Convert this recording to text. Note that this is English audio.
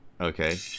Okay